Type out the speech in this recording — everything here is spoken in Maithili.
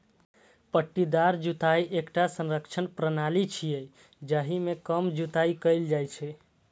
पट्टीदार जुताइ एकटा संरक्षण प्रणाली छियै, जाहि मे कम जुताइ कैल जाइ छै